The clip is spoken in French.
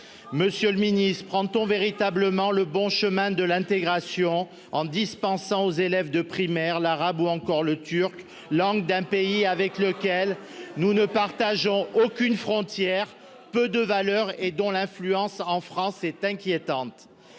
Monsieur le ministre, prenons-nous véritablement le bon chemin de l'intégration en dispensant aux élèves des écoles primaires l'arabe, ou encore le turc, langue d'un pays avec lequel nous ne partageons aucune frontière, peu de valeurs, et dont l'influence en France est inquiétante ?